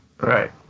Right